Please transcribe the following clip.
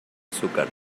azúcar